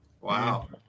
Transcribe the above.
wow